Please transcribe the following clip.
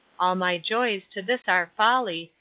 all my joys to this are folly,